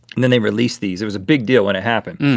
and then they released these. it was a big deal when it happened.